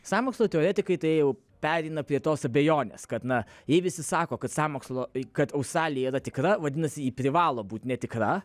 sąmokslo teoretikai tai jau pereina prie tos abejonės kad na jei visi sako kad sąmokslo kad australija yra tikra vadinasi ji privalo būti netikra